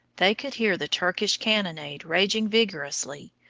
they could hear the turkish cannonade raging vigorously,